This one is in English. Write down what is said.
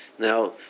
Now